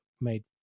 made